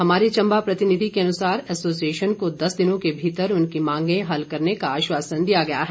हमारे चम्बा प्रतिनिधि के अनुसार एसोसिएशन को दस दिनों के भीतर उनकी मांगे हल करने का आश्वासन दिया गया है